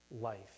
life